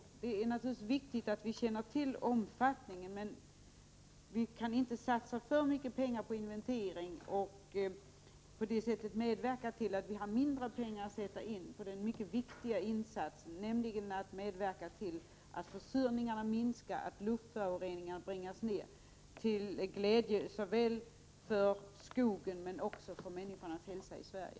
Det är naturligtvis väsentligt att vi känner till omfattningen av skadorna, men vi kan inte sätta av för mycket pengar till inventeringar och på det sättet medverka till att vi har mindre pengar att satsa på den synnerligen viktiga åtgärden att minska försurningen och bringa ned luftföroreningarna — till glädje för såväl skogen i Sverige som svenskarnas hälsa.